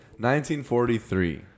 1943